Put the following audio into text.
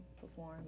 perform